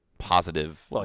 positive